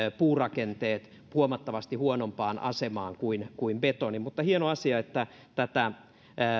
puurakenteet huomattavasti huonompaan asemaan kuin kuin betoni mutta hieno asia että tätä